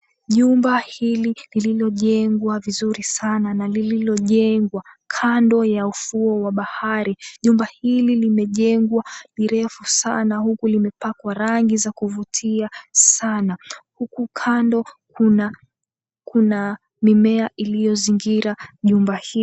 Jumba hili lililojengwa vizuri sana na lililojengwa kando ya ufuo wa bahari. Jumba hili limejengwa ni refu sana huku limepakwa rangi za kuvutia sana, huku kando kuna mimea iliyozingira jumba hili.